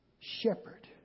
shepherd